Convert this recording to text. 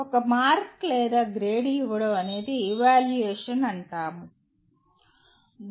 ఒక మార్క్ లేదా గ్రేడ్ ఇవ్వడం అనేది ఎవాల్యుయేషన్ అంటాము